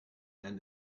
and